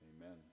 Amen